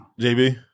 JB